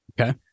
Okay